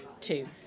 two